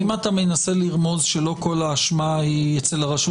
אם אתה מנסה לרמוז שלא כל האשמה היא אצל הרשות